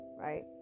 right